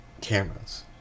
cameras